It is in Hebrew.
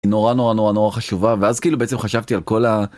נורא נורא נורא נורא חשובה, ואז כאילו בעצם חשבתי על כל ה...